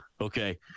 okay